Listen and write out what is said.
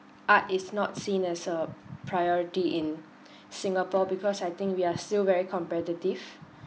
art is not seen as a priority in singapore because I think we are still very competitive